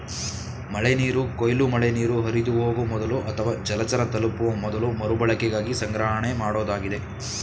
ಮಳೆನೀರು ಕೊಯ್ಲು ಮಳೆನೀರು ಹರಿದುಹೋಗೊ ಮೊದಲು ಅಥವಾ ಜಲಚರ ತಲುಪುವ ಮೊದಲು ಮರುಬಳಕೆಗಾಗಿ ಸಂಗ್ರಹಣೆಮಾಡೋದಾಗಿದೆ